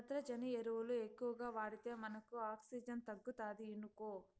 నత్రజని ఎరువులు ఎక్కువగా వాడితే మనకు ఆక్సిజన్ తగ్గుతాది ఇనుకో